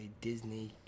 Disney